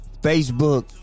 Facebook